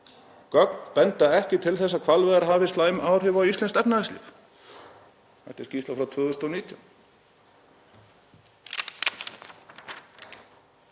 „Gögn benda ekki til að hvalveiðar hafi slæm áhrif á íslenskt efnahagslíf.“ Þetta er skýrsla frá 2019.